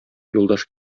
юлдаш